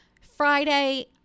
Friday